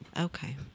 Okay